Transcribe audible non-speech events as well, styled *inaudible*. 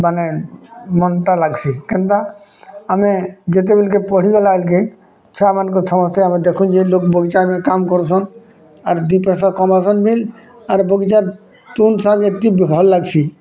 ମାନେ ମନ୍ଟା ଲାଗ୍ସି କେନ୍ଟା ଆମେ ଯେତେବେଲେ କେ ପଡ଼ିଗଲା ବେଲ୍କେ ଛୁଆମାନଙ୍କ ସମସ୍ୟା ଆମେ ଦେଖୁଁଛୁ *unintelligible* ଲୋକ୍ ବଗିଚାମାନ୍ କାମ କରୁଛନ୍ ଆରୁ ଦୁଇ ପଇସା କମଉଛନ୍ତି ଆର୍ ବଗିଚା କିନ୍ ଛୁଆ କିନ୍ ଭଲ୍ ଲାଗୁସି